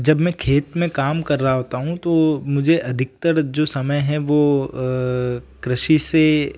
जब मैं खेत में काम कर रहा होता हूँ तो मुझे अधिकतर जो समय है वह कृषि से